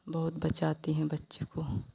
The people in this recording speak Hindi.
बहुत बचाती हैं बच्चे को